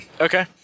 Okay